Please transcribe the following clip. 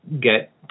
get